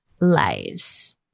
Lies